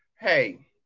Hey